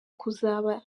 kuzaba